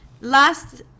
last